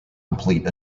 complete